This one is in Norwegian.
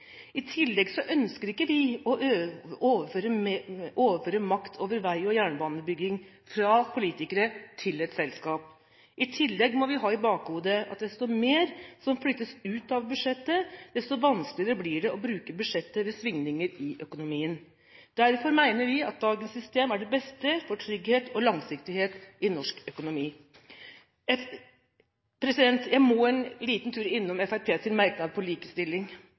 I tillegg ønsker ikke vi å overføre makt over vei- og jernbanebygging fra politikere til et selskap. I tillegg må vi ha i bakhodet at jo mer som flyttes ut av budsjettet, desto vanskeligere blir det å bruke budsjettet ved svingninger i økonomien. Derfor mener vi at dagens system er det beste for trygghet og langsiktighet i norsk økonomi. Jeg må en liten tur innom Fremskrittspartiets merknad om likestilling